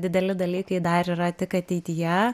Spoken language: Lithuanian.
dideli dalykai dar yra tik ateityje